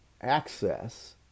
access